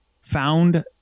found